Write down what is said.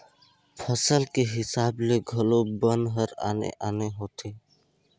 फसल के हिसाब ले घलो बन हर आने आने होथे